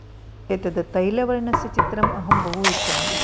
एतद् तैलवर्णस्य चित्रम् अहं बहु इच्चामि